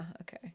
Okay